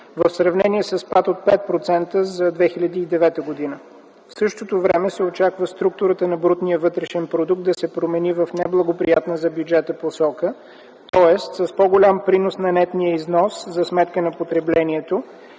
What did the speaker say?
в сравнение със спад от 5% за 2009 г. В същото време се очаква структурата на брутния вътрешен продукт да се промени в неблагоприятна за бюджета посока, тоест с по-голям принос на нетния износ за сметка на потреблението,